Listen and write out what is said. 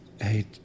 hey